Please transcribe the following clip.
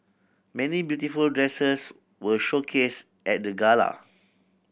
many beautiful dresses were showcased at the gala